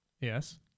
Yes